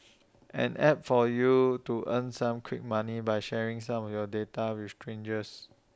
an app for you to earn some quick money by sharing some of your data with strangers